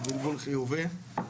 הבלבול חיובי.